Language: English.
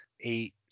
Eight